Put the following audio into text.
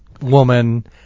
woman